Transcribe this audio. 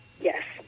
Yes